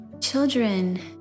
children